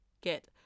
get